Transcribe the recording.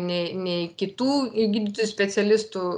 nei nei kitų gydytojų specialistų